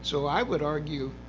so i would argue